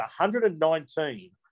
119